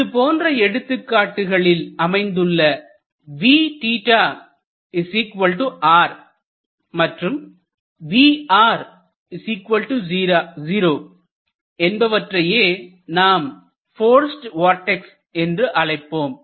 இதுபோன்ற எடுத்துக்காட்டுகளில் அமைந்துள்ள r மற்றும் என்பவற்றையே நாம் போர்சிடு வொர்ட்ஸ் என்று அழைப்போம்